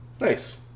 Nice